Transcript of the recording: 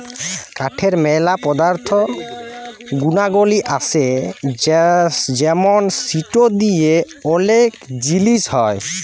কাঠের ম্যালা পদার্থ গুনাগলি আসে যেমন সিটো দিয়ে ওলেক জিলিস হ্যয়